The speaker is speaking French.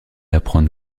apprendre